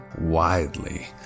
widely